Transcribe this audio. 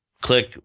click